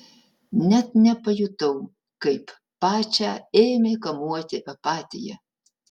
net nepajutau kaip pačią ėmė kamuoti apatija